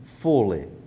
fully